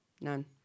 None